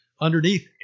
Underneath